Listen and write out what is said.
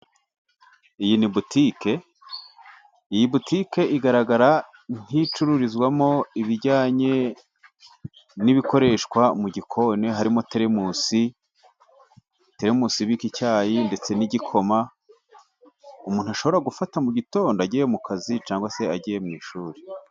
Iyi ni botique iyi boutique igaragara nk'icururizwamo ibijyanye n'ibikoreshwa mu gikoni harimo terimusi. Terimusi ibika icyayi ndetse n'igikoma, umuntu ashobora gufata mu gitondo agiye mu kazi cyangwa se agiye mu ishuri.